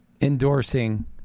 endorsing